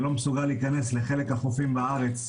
אני לא מסוגל להיכנס לחלק מהחופים בארץ.